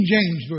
James